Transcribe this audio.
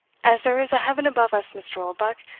as there is a heaven above us, mr. oldbuck,